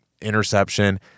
interception